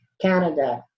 Canada